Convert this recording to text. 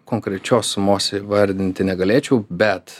konkrečios sumos įvardinti negalėčiau bet